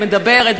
מדברת,